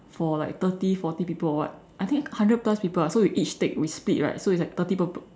for like thirty forty people or what I think hundred plus people ah so we each take we split right so it's like thirty per per~